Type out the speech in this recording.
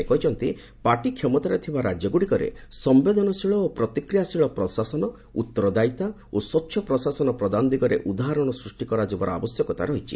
ସେ କହିଛନ୍ତି ପାର୍ଟି କ୍ଷମତାରେ ଥିବା ରାଜ୍ୟଗୁଡ଼ିକରେ ସମ୍ଭେଦନଶୀଳ ଓ ପ୍ରତିକ୍ରିୟାଶୀଳ ଉତ୍ତରଦାୟିତା ଓ ସ୍ୱଚ୍ଛ ପ୍ରଶାସନ ପ୍ରଦାନ ଦିଗରେ ଉଦାହରଣ ସୃଷ୍ଟି କରାଯିବାର ଆବଶ୍ୟକତା ରହିଛି